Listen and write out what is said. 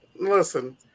Listen